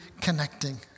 connecting